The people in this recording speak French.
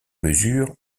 mesure